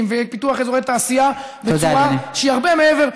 ופיתוח אזורי תעשייה בצורה שהיא הרבה מעבר.